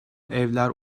evler